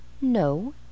No